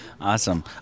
Awesome